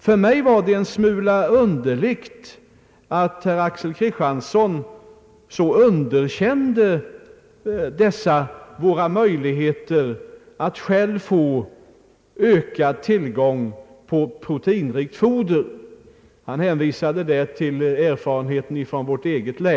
För mig ter det sig en smula underligt att herr Axel Kristiansson så underkänner våra möjligheter att själva skapa ökad tillgång på proteinrikt foder. Han hänvisade till erfarenheten från vårt eget län.